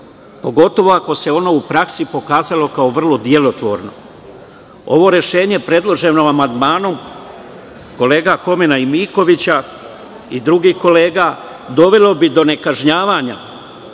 pogotovo ako se ono u praksi pokazalo kao vrlo delotvorno. Rešenje predloženo amandmanom kolege Homena i Mikovića i drugih kolega dovelo bi do nekažnjavanja